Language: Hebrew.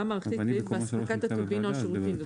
מערכתית באספקת הטובין או השירותים.